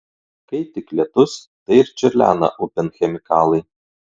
kai tik lietus tai ir čiurlena upėn chemikalai